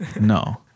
No